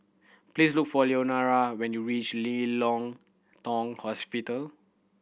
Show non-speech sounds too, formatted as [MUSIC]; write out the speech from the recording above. please look for Leonora when you reach Ling Hong Tong [UNINTELLIGIBLE]